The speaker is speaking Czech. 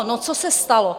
No co se stalo?